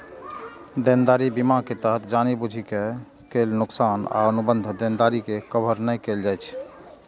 देनदारी बीमा के तहत जानि बूझि के कैल नोकसान आ अनुबंध देनदारी के कवर नै कैल जाइ छै